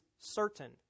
certain